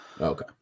Okay